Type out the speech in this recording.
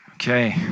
Okay